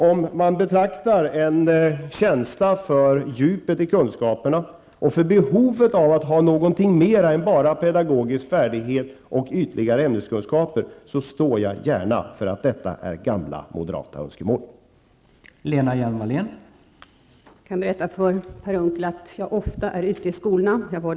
Om man betraktar en känsla för djupet i kunskaperna och för behovet av att ha någonting mera än bara pedagogisk färdighet och ytligare ämneskunskaper som gamla moderata önskemål står jag gärna för detta.